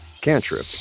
cantrip